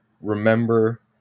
remember